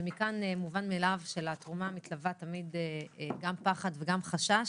מכאן מובן מאליו שלתרומה מתלווים תמיד גם פחד וגם חשש.